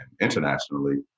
internationally